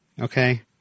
okay